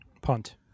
punt